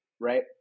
right